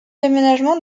déménagement